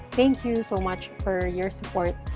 thank you so much for your support,